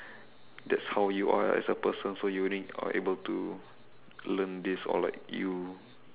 that's how you are as a person so unique are able to learn this or like you